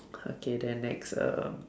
okay then next um